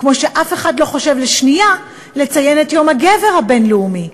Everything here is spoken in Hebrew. כמו שאף אחד לא חושב לשנייה לציין את יום הגבר הבין-לאומי.